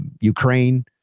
Ukraine